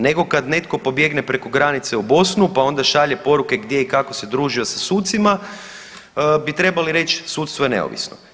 Nego kad netko pobjegne preko granice u Bosnu pa onda šalje poruke gdje i kako se družio sa sucima bi trebali reći sudstvo je neovisno.